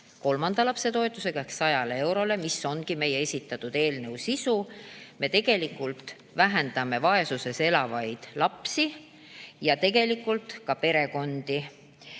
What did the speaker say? kolmanda lapse toetusega ehk 100 eurole, mis ongi meie esitatud eelnõu sisu, me tegelikult vähendame vaesuses elavate laste arvu ja ka perekondade